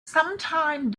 sometime